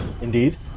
Indeed